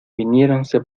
viniéronse